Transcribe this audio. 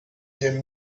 their